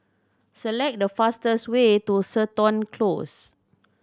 select the fastest way to Seton Close